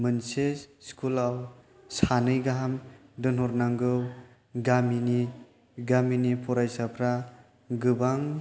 मोनसे स्कुलाव सानै गाहाम दोनहर नांगौ गामिनि गामिनि फरायसाफ्रा गोबां